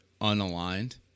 unaligned